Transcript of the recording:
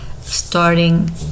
starting